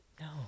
no